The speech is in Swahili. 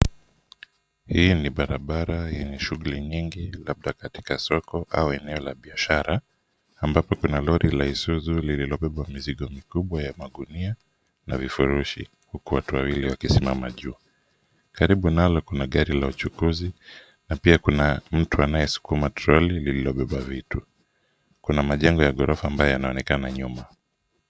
Hii ni barabara yenye shughuli nyingi, labda katika soko au eneo la biashara, ambapo kuna lori la Isuzu, lililobeba mizigi mikubwa ya magunia na vifurushi, huku watu wawili wakismama juu. Karibu nalo kuna gari la uchukuzi na pia kuna mtu anayesukuma troli lililobeba vitu. Kuna majengo ya gorofa ambayo yanaonekana nyuma.